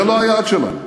זה לא היעד שלנו.